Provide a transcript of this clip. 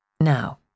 Now